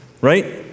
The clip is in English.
right